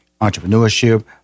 entrepreneurship